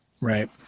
Right